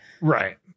right